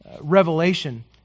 Revelation